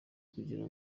kugira